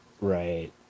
Right